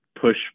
push